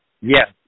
Yes